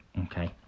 okay